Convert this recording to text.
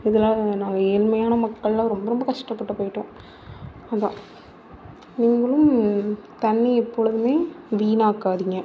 இதலாம் நாங்கள் ஏழ்மையான மக்கள்லாம் ரொம்ப ரொம்ப கஷ்டப்பட்டு போய்விட்டோம் அதான் நீங்களும் தண்ணியை எப்பொழுதும் வீணாக்காதீங்க